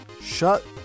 shut